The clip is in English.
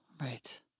Right